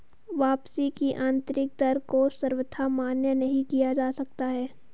वापसी की आन्तरिक दर को सर्वथा मान्य नहीं किया जा सकता है